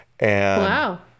Wow